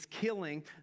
killing